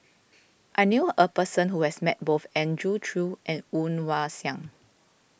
I knew a person who has met both Andrew Chew and Woon Wah Siang